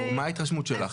או מה ההתרשמות שלך?